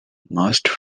must